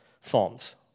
psalms